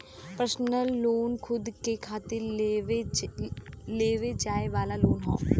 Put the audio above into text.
personal loan खुद के खातिर लेवे जाये वाला लोन हौ